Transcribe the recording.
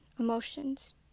Emotions